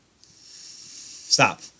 stop